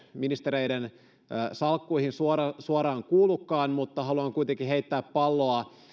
ministereiden salkkuihin suoraan suoraan kuulukaan haluan kuitenkin heittää palloa